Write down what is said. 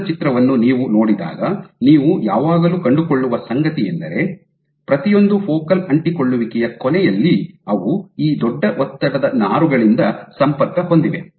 ಕೋಶದ ಚಿತ್ರವನ್ನು ನೀವು ನೋಡಿದಾಗ ನೀವು ಯಾವಾಗಲೂ ಕಂಡುಕೊಳ್ಳುವ ಸಂಗತಿಯೆಂದರೆ ಪ್ರತಿಯೊಂದು ಫೋಕಲ್ ಅಂಟಿಕೊಳ್ಳುವಿಕೆಯ ಕೊನೆಯಲ್ಲಿ ಅವು ಈ ದೊಡ್ಡ ಒತ್ತಡದ ನಾರುಗಳಿಂದ ಸಂಪರ್ಕ ಹೊಂದಿವೆ